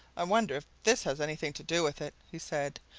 i wonder if this has anything to do with it, he said.